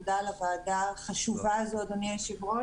תודה לוועדה החשובה הזאת, אדוני היושב ראש.